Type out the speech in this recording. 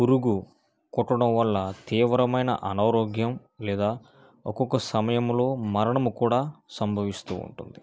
పురుగు కుట్టడం వల్ల తీవ్రమైన అనారోగ్యం లేదా ఒక్కొక్క సమయంలో మరణము కూడా సంభవిస్తూ ఉంటుంది